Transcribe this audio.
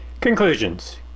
Conclusions